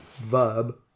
Verb